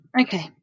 Okay